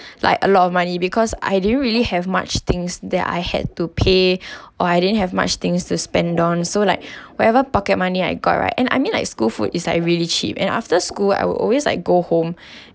like a lot of money because I didn't really have much things that I had to pay or I didn't have much things to spend on so like whatever pocket money I got right and I mean like school food is like really cheap and after school I would always like go home